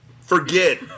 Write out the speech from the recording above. forget